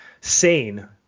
sane